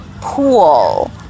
pool